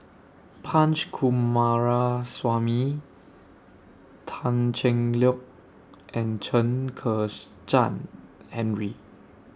Punch Coomaraswamy Tan Cheng Lock and Chen Kezhan Henri